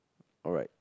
alright